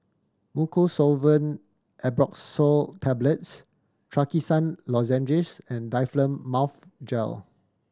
Mucosolvan Ambroxol Tablets Trachisan Lozenges and Difflam Mouth Gel